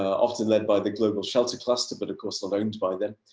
often led by the global shelter cluster, but of course, not owned by them.